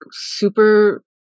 super